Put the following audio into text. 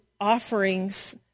offerings